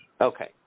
okay